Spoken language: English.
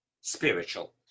spiritual